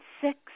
six